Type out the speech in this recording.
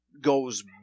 goes